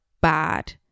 bad